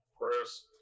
Chris